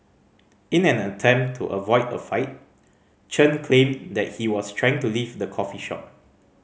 in an attempt to avoid a fight Chen claimed that he was trying to leave the coffee shop